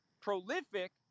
prolific